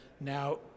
Now